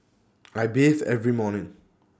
I bathe every morning